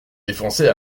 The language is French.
défoncer